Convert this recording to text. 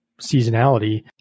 seasonality